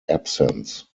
absence